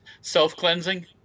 self-cleansing